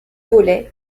volets